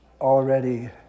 already